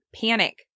panic